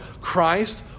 Christ